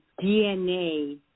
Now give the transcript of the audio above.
DNA